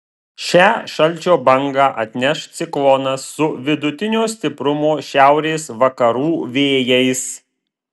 šią šalčio bangą atneš ciklonas su vidutinio stiprumo šiaurės vakarų vėjais